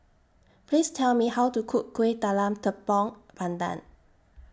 Please Tell Me How to Cook Kuih Talam Tepong Pandan